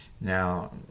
Now